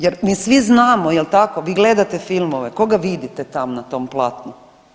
Jer mi svi znamo, jel tako vi gledate filmove, koga vidite tamo na tom platnu.